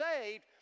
saved